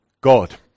God